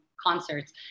concerts